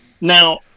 Now